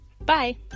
Bye